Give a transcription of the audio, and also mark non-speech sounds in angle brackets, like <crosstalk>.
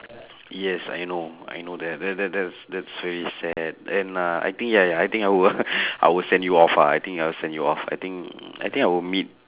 yes I know I know that that that that's that's very sad and uh I think ya ya I think I will <laughs> I will send you off ah I think I will send you off I think I think I will meet